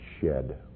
shed